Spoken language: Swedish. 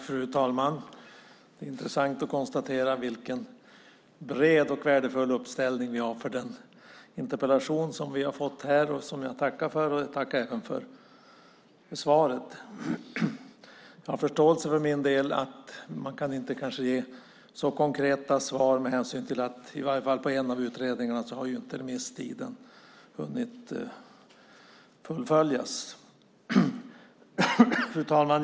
Fru talman! Det är intressant att konstatera vilken bred och värdefull uppslutning vi har kring den här interpellationen, som jag tackar för. Jag tackar även för svaret. Jag har för min del förståelse för att man kanske inte kan ge så konkreta svar, med hänsyn till att remisstiden när det gäller en av utredningarna inte har gått ut. Fru talman!